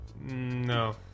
No